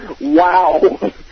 Wow